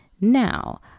Now